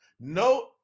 No